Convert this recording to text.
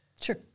sure